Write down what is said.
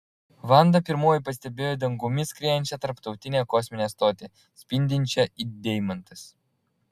vanda pirmoji pastebėjo dangumi skriejančią tarptautinę kosminę stotį spindinčią it deimantas